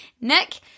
Nick